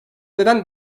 neden